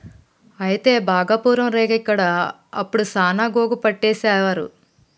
అయితే భాగపురం రేగ ఇక్కడ అప్పుడు సాన గోగు పట్టేసేవారు